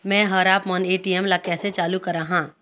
मैं हर आपमन ए.टी.एम ला कैसे चालू कराहां?